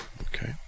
okay